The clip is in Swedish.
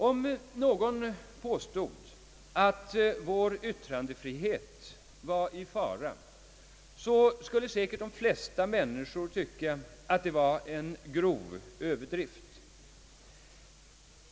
Om någon påstod att vår yttrandefrihet var i fara, skulle säkert de flesta människor kalla det en grov över drift.